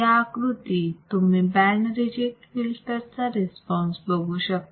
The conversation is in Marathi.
या आकृतीत तुम्ही बँड रिजेक्ट फिल्टर चा रिस्पॉन्स बघू शकता